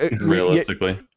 realistically